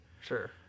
Sure